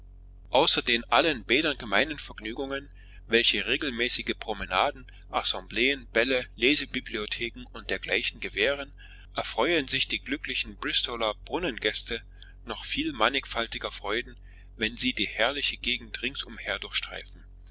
den allen bädern gemeinen vergnügungen welche regelmäßige promenaden assembleen bälle lesebibliotheken und dergleichen gewähren erfreuen sich die glücklichen bristoler brunnengäste noch viel mannigfaltiger freuden wenn sie die herrliche gegend ringsumher durchstreifen